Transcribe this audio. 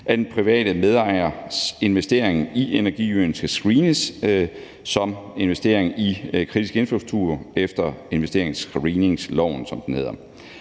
at den private medejers investering i energiøen skal screenes som investering i kritisk infrastruktur efter investeringsscreeningsloven, som den hedder.